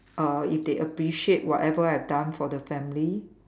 uh if they appreciate whatever I done for the family